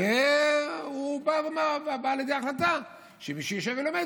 והוא בא לידי החלטה שמי שיושב ולומד,